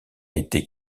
été